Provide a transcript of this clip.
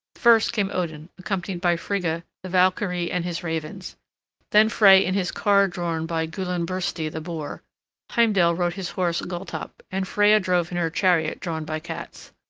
first came odin accompanied by frigga, the valkyrie, and his ravens then frey in his car drawn by gullinbursti, the boar heimdall rode his horse gulltopp, and freya drove in her chariot drawn by cats.